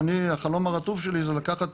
ואני, החלום הרטוב שלי, זה לקחת